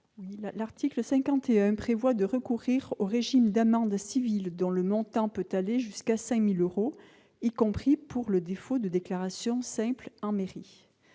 L'article 51 prévoit de recourir au régime d'amende civile, dont le montant peut aller jusqu'à 5 000 euros, y compris pour le défaut de déclaration simple en mairie.